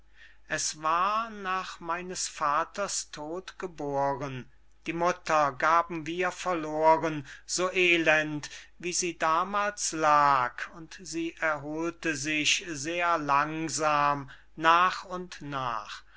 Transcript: es war nach meines vaters tod geboren die mutter gaben wir verloren so elend wie sie damals lag und sie erholte sich sehr langsam nach und nach